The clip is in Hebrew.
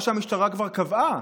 כמו שהמשטרה כבר קבעה,